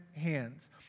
hands